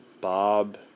Bob